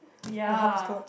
ya